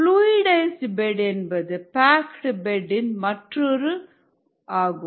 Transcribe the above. fluidised bed என்பது packed bed இன் மாற்றுஉரு ஆகும்